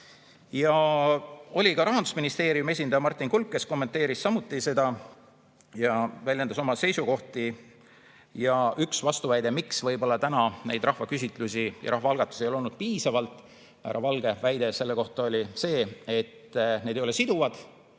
oli ka Rahandusministeeriumi esindaja Martin Kulp, kes kommenteeris samuti seda ja väljendas oma seisukohti. On üks vastuväide, miks ei ole rahvaküsitlusi ja rahvaalgatusi olnud piisavalt. Härra Valge väide selle kohta oli see, et need ei ole siduvad.